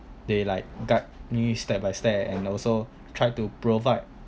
they like guide you step by step and also tried to provide